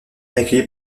accueillis